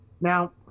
now